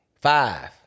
Five